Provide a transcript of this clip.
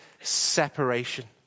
separation